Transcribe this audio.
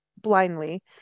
blindly